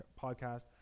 podcast